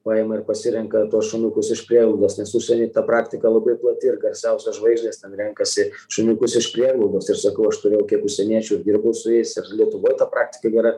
paima ir pasirenka tuos šuniukus iš prieglaudos nes užsieny ta praktika labai plati ir garsiausios žvaigždės ten renkasi šuniukus iš prieglaudos ir sakau aš turėjau kiek užsieniečių ir dirbau su jais ir lietuvoj praktiška gera